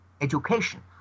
education